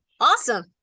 Awesome